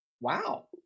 wow